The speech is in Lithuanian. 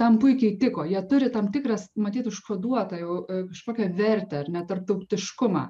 tam puikiai tiko jie turi tam tikras matyt užkoduotą jau kažkokią vertę ar ne tarptautiškumą